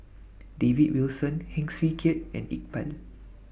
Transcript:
David Wilson Heng Swee Keat and Iqbal